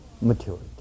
maturity